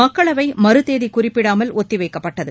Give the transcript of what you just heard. மக்களவை மறுதேதி குறிப்பிடப்படாமல் ஒத்திவைக்கப்பட்டது